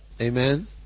Amen